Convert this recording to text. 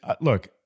Look